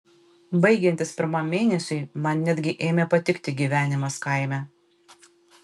baigiantis pirmam mėnesiui man netgi ėmė patikti gyvenimas kaime